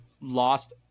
lost